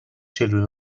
children